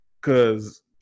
Cause